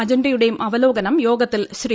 അജണ്ടയുടെയും അവലോകനം യോഗത്തിൽ ശ്രീ